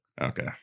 Okay